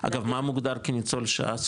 אגב, מה מוגדר כניצול שואה?